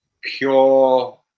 pure